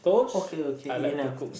okay okay enough